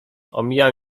omijam